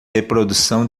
reprodução